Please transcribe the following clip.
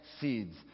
seeds